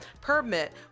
permit